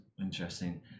interesting